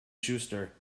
schuster